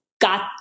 got